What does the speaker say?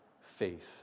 faith